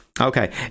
Okay